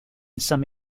some